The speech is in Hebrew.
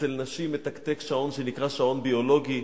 אצל נשים מתקתק שעון שנקרא "שעון ביולוגי",